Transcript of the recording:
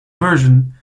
version